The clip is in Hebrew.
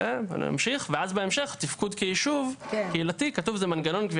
ואז בהמשך תפקוד כיישוב קהילתי כתוב "מנגנון גבייה